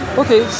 okay